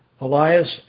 Elias